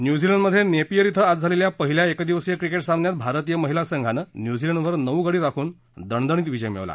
New Zealand मध्ये Napier क्वें आज झालेल्या पहिल्या एक दिवसीय क्रिकेट सामन्यात भारतीय महिला संघानं न्यूझीलंडवर नऊ गडी राखून दणदणीत विजय मिळवला